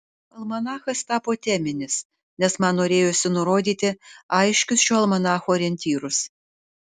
almanachas tapo teminis nes man norėjosi nurodyti aiškius šio almanacho orientyrus